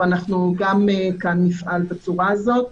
ואנחנו גם כאן נפעל בצורה הזאת.